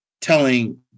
telling